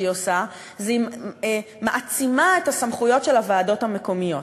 שהיא עושה זה שהיא מעצימה את הסמכויות של הוועדות המקומיות.